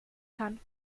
kann